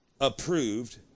approved